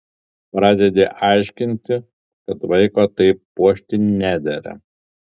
pradedi aiškinti kad vaiko taip puošti nedera